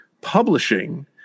publishing